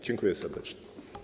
Dziękuję serdecznie.